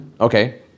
Okay